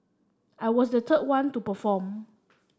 I was the third one to perform